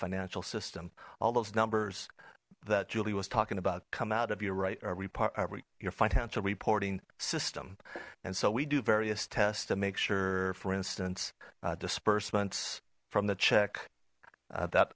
financial system all those numbers that julie was talking about come out of your write or read your financial reporting system and so we do various tests to make sure for instance disbursements from the check that